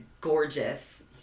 gorgeous